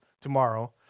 tomorrow